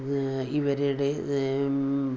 ഇവരുടെ